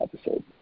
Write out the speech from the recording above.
episode